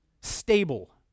stable